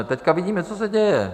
Teď vidíme, co se děje.